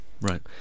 right